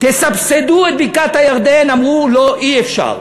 תסבסדו את בקעת-הירדן, אמרו: לא, אי-אפשר.